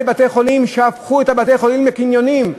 בתי-החולים שהפכו את בתי-החולים לקניונים.